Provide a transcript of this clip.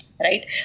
right